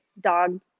dog